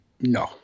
No